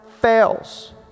fails